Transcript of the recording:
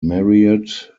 marriott